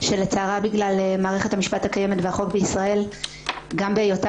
ושלצערה בגלל מערכת המשפט הקיימת והחוק בישראל גם בהיותה